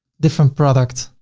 different product,